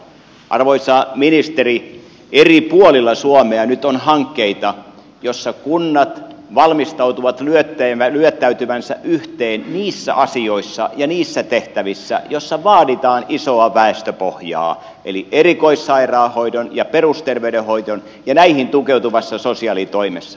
arvoisa ministeri eri puolilla suomea on nyt hankkeita joissa kunnat valmistautuvat lyöttäytymään yhteen niissä asioissa ja niissä tehtävissä joissa vaaditaan isoa väestöpohjaa eli erikoissairaanhoidossa ja perusterveydenhoidossa ja näihin tukeutuvassa sosiaalitoimessa